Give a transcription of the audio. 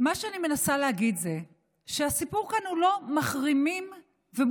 מה שאני מנסה להגיד זה שהסיפור כאן הוא לא מחרימים ומוחרמים,